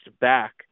back